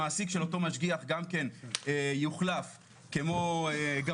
המעסיק של אותו משגיח גם כן יוחלף כמו גרביים,